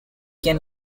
can